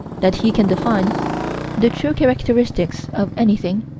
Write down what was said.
that he can define the true characteristics of anything,